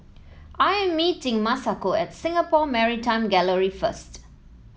I am meeting Masako at Singapore Maritime Gallery first